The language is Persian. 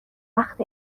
وقت